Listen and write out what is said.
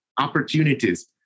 Opportunities